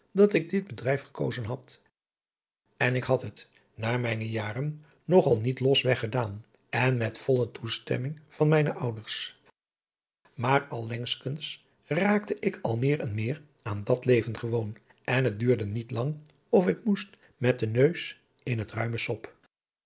dat ik dit bedrijf gekozen bad en ik had het naar mijne jaren nog al niet los weg gedaan en met volle toestemming van mijne ouders maar allengs kens raakte ik al meer en meer aan dat leven gewoon en het duurde niet lang of ik moest met den neus in het ruime sop